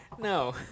No